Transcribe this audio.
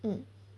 mm